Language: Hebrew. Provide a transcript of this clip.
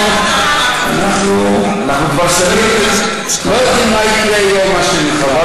אנחנו כבר שנים לא יודעים מה ילד יום, מה שנקרא.